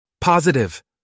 Positive